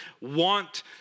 want